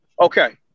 Okay